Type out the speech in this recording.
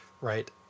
right